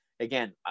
Again